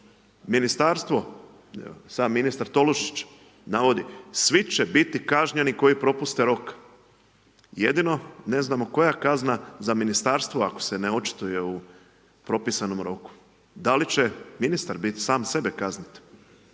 Ministarstvo, evo sam ministar Tolušić navodi svi će biti kažnjeni koji propuste rok. Jedino ne znamo koja je kazna za ministarstvo ako se ne očituje u propisanom roku. Da li će ministar biti, sam sebe kazniti.